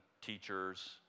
teachers